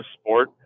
sport